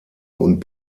und